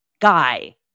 guy